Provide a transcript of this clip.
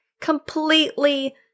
completely